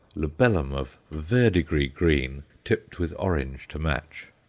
labellum of verdigris-green tipped with orange to match.